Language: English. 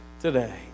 today